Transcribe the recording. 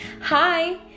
hi